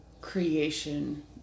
creation